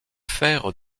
faire